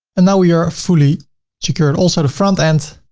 and now we are a fully secured. also the front end,